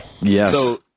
yes